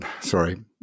sorry